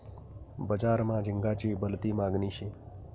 बजार मा झिंगाची भलती मागनी शे